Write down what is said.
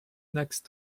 next